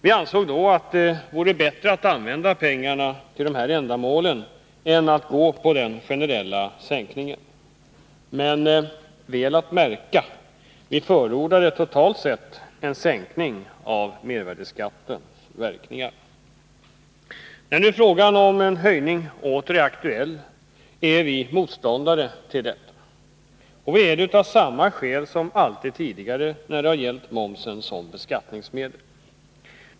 Vi ansåg då att det vore bättre att använda pengarna till dessa ändamål än att gå på den generella sänkningen. Men, väl att märka: vi förordade totalt sett en sänkning av mervärdeskattens verkningar. När nu frågan om en höjning åter är aktuell är vi motståndare till en sådan. Vi är det av samma skäl som alltid tidigare när det gällt momsen som beskattningsmedel.